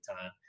time